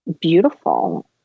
beautiful